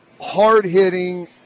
hard-hitting